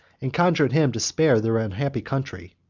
and conjured him to spare their unhappy country.